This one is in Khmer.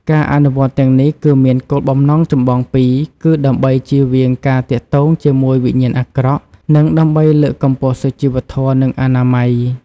ការអនុវត្តទាំងនេះគឺមានគោលបំណងចម្បងពីរ គឺ ដើម្បីជៀសវាងការទាក់ទងជាមួយវិញ្ញាណអាក្រក់ និង ដើម្បីលើកកម្ពស់សុជីវធម៌ និងអនាម័យ ។